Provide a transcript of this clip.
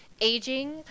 aging